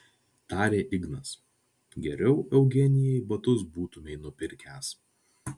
tarė ignas geriau eugenijai batus būtumei nupirkęs